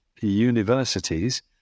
universities